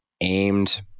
aimed